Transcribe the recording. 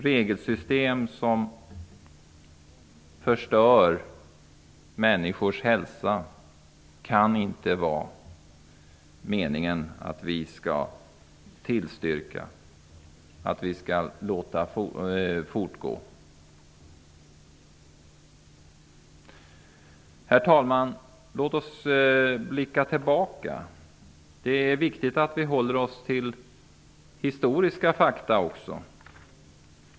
Det kan inte vara meningen att vi skall tillstyrka och låta fortgå ett regelsystem som förstör människors hälsa. Herr talman! Låt oss blicka tillbaka. Det är viktigt att vi också håller oss till historiska fakta.